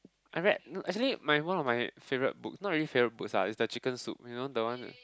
I read actually my one of my favourite book not really favourite books lah it's the chicken soup you know the one